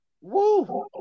Woo